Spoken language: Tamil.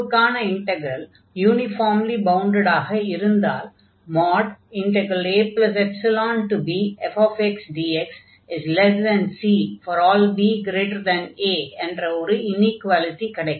f க்கான இன்டக்ரல் யூனிஃபார்ம்லி பவுண்டடாக இருந்தால் abfxdxC∀ba என்ற ஒரு இனீக்வாலிடி கிடைக்கும்